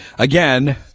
Again